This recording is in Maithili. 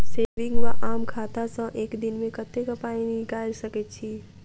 सेविंग वा आम खाता सँ एक दिनमे कतेक पानि निकाइल सकैत छी?